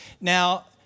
Now